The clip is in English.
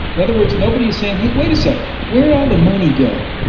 in other words, nobody is saying, hey, wait a second, where did all the money go?